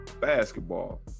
basketball